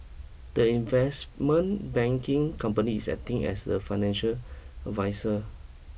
the investment banking company is acting as the financial adviser